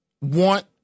want